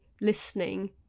listening